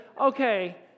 okay